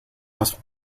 must